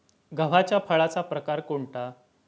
गव्हाच्या फळाचा प्रकार कोणता?